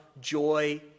joy